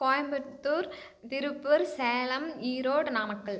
Coimbatore Tiruppur Salem Erode Namakkal